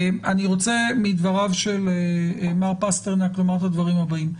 אני רוצה מדבריו של מר פסטרנק לומר את הדברים הבאים,